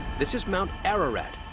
this is mount ararat,